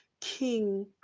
King